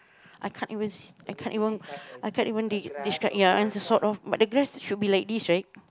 I can't even see I can't even I can't even d~ describe ya sort of but the grass should be like this right